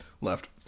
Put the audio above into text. Left